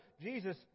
Jesus